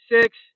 Six